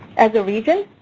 as a region,